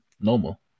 normal